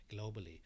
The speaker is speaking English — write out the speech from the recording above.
globally